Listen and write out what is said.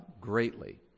greatly